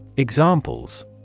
Examples